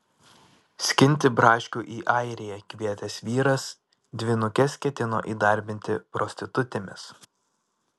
skinti braškių į airiją kvietęs vyras dvynukes ketino įdarbinti prostitutėmis